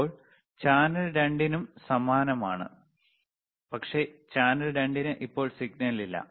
ഇപ്പോൾ ചാനൽ 2 നും സമാനമാണ് പക്ഷേ ചാനൽ 2 ന് ഇപ്പോൾ സിഗ്നൽ ഇല്ല